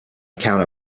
account